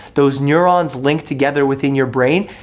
those neurons link together within your brain,